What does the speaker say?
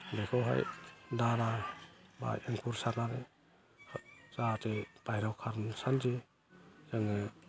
बेखौहाय दाना बा एंखुर सारनानै जाहाथे बाहेराव खारसान्दि जोङो